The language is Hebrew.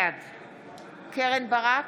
בעד קרן ברק,